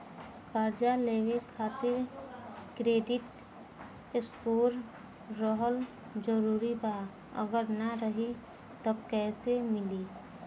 कर्जा लेवे खातिर क्रेडिट स्कोर रहल जरूरी बा अगर ना रही त कैसे मिली?